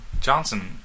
Johnson